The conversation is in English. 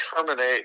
terminate